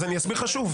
אז אני אסביר לך שוב,